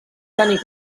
tenir